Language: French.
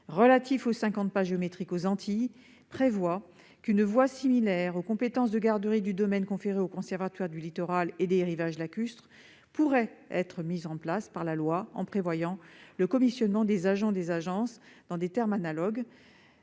relatif aux cinquante pas géométriques aux Antilles prévoit qu'« une voie similaire aux compétences de garderie du domaine conférées au Conservatoire du littoral et des rivages lacustres pourrait être mise en place par la loi en prévoyant le commissionnement des agents des agences dans des termes analogues